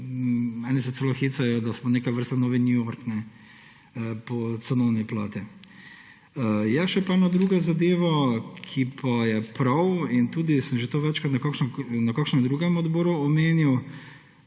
Eni se celo hecajo, da smo neke vrste novi New York po cenovni plati. Je pa še ena druga zadeva, ki pa je prav in tudi sem že to večkrat na kakšnem drugem odboru omenil,